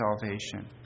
salvation